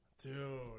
Dude